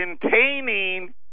containing